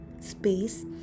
space